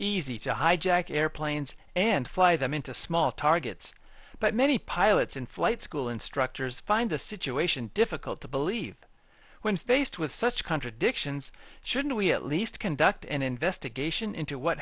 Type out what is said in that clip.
easy to hijack airplanes and fly them into small targets but many pilots and flight school instructors find the situation difficult to believe when faced with such contradictions shouldn't we at least conduct an investigation into what